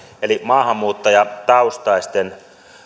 eli maahanmuuttajataustaisten